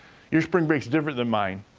your spring break's different than mine.